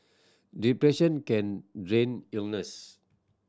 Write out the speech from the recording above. depression can drain illness